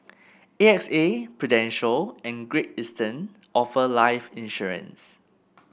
A X A Prudential and Great Eastern offer life insurance